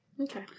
Okay